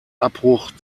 abbruch